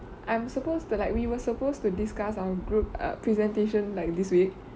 I'm supposed to like we were supposed to discuss our group err presentation like this way